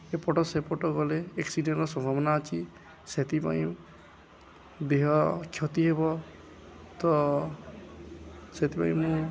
ଏପଟ ସେପଟ ଗଲେ ଏକ୍ସିଡ଼େଣ୍ଟର ସମ୍ଭାବନା ଅଛି ସେଥିପାଇଁ ଦେହ କ୍ଷତି ହେବ ତ ସେଥିପାଇଁ ମୁଁ